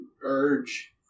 urge